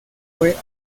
fue